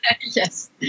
yes